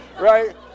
Right